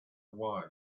wise